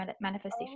manifestation